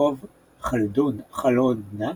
רחוב חלודנה,